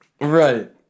Right